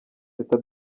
teta